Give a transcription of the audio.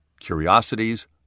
Curiosities